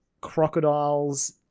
crocodiles